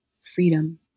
freedom